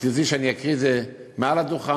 האם תרצי שאני אקריא את זה מעל הדוכן,